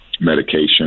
medication